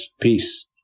Peace